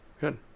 good